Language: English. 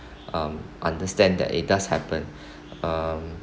um understand that it does happen um